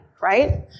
right